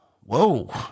whoa